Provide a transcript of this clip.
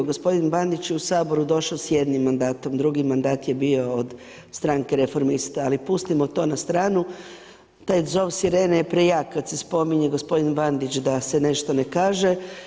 Gospodin Bandić je u Saboru došo s jednim mandatom, drugi mandat je bio od Stranke Reformista, ali pustimo to na stranu, taj zov sirene prejak kad se spominje gospodin Bandić da se nešto ne kaže.